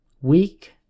week